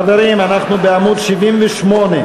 חברים, אנחנו בעמוד 78,